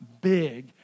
big